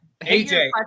AJ